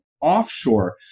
offshore